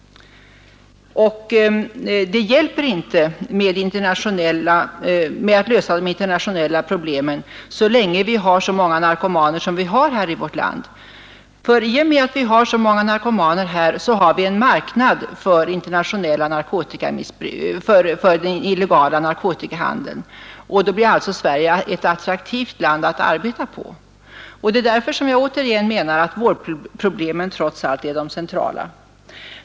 Det hjälper inte att försöka lösa de internationella problemen så länge vi har så många narkomaner som vi har här i vårt land. I och med att vi har så många narkomaner här har vi nämligen en marknad för den illegala narkotikahandeln, och därmed blir Sverige ett attraktivt land att arbeta på. Det är därför som jag återigen påstår att vårdproblemen trots allt är det centrala.